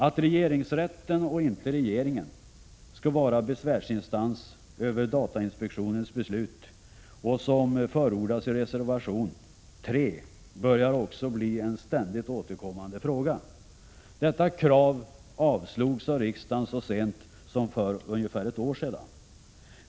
Att regeringsrätten och inte regeringen skall vara besvärsinstans över datainspektionens beslut, som förordas i reservation 3, börjar också bli en — Prot. 1986/87:32 ständigt återkommande fråga. Detta krav avslogs av riksdagen så sent som 20 november 1986 för ungefär ett år sedan.